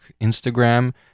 Instagram